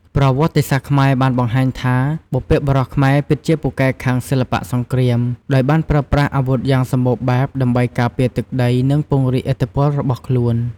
ប្រវត្តិសាស្ត្រខ្មែរបានបង្ហាញថា បុព្វបុរសខ្មែរពិតជាពូកែខាងសិល្បៈ សង្គ្រាម ដោយបានប្រើប្រាស់អាវុធយ៉ាងសម្បូរបែបដើម្បីការពារទឹកដី និងពង្រីកឥទ្ធិពលរបស់ខ្លួន។